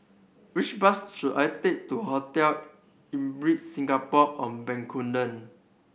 which bus should I take to Hotel Ibis Singapore On Bencoolen